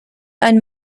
ein